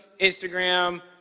Instagram